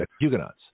Huguenots